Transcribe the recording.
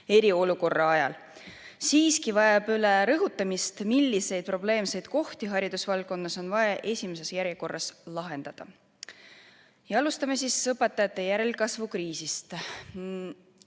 eriolukorra ajal. Siiski vajab ülerõhutamist, milliseid probleemseid kohti haridusvaldkonnas oleks vaja esimeses järjekorras lahendada. Alustame õpetajate järelkasvu kriisist.